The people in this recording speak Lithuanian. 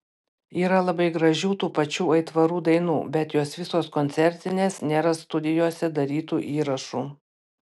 yra labai gražių tų pačių aitvarų dainų bet jos visos koncertinės nėra studijose darytų įrašų